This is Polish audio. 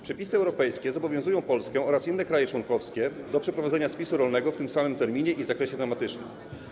Przepisy europejskie zobowiązują Polskę oraz inne kraje członkowskie do przeprowadzenia spisu rolnego w tym samym terminie i tym samym zakresie tematycznym.